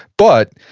but,